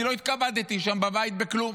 אני לא התכבדתי שם בבית בכלום,